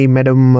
Madam